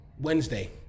Wednesday